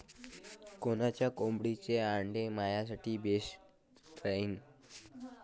कोनच्या कोंबडीचं आंडे मायासाठी बेस राहीन?